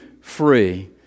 free